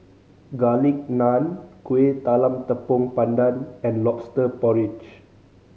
Garlic Naan Kuih Talam Tepong Pandan and Lobster Porridge